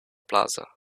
plaza